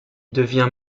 devient